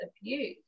abuse